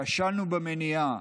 כשלנו במניעה.